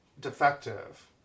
defective